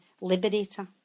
liberator